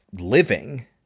living